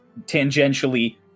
tangentially